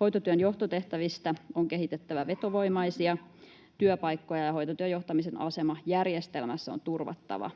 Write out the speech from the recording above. Hoitotyön johtotehtävistä on kehitettävä vetovoimaisia työpaikkoja, ja hoitotyön johtamisen asema järjestelmässä on turvattava.